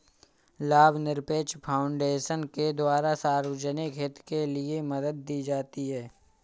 लाभनिरपेक्ष फाउन्डेशन के द्वारा सार्वजनिक हित के लिये मदद दी जाती है